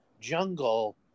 jungle